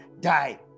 die